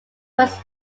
was